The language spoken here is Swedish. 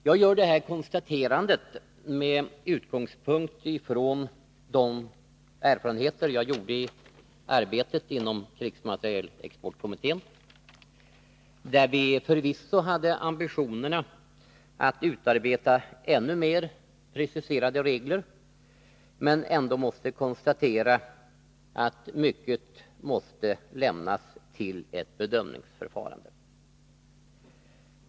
Jag gör detta konstaterande med utgångspunkt i de erfarenheter jag fått i arbetet inom krigsmaterielexportkommittén, där vi förvisso hade ambitionerna att utforma ännu mer preciserade regler men måste konstatera att mycket måste lämnas till ett bedömningsförfarande.